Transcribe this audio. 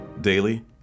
Daily